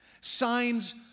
Signs